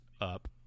up